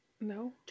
no